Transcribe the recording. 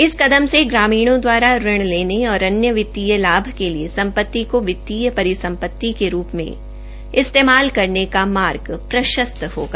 इस कदम से ग्रामीणों द्वारा ऋण लेने और अन्य वित्तीय लाभ के लिए संपत्ति को वित्तीय परिसंपत्ति के रूप में इस्तेमाल करने का मार्ग प्रशस्त होगा